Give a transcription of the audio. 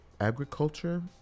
agriculture